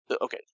Okay